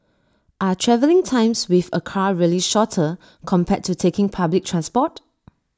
are travelling times with A car really shorter compared to taking public transport